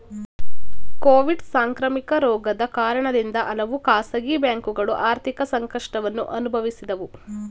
Covid ಸಾಂಕ್ರಾಮಿಕ ರೋಗದ ಕಾರಣದಿಂದ ಹಲವು ಖಾಸಗಿ ಬ್ಯಾಂಕುಗಳು ಆರ್ಥಿಕ ಸಂಕಷ್ಟವನ್ನು ಅನುಭವಿಸಿದವು